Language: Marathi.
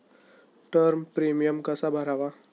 टर्म प्रीमियम कसा भरावा?